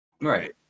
Right